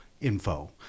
info